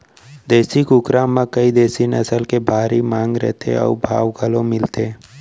देसी कुकरा म कइ देसी नसल के भारी मांग रथे अउ भाव घलौ मिलथे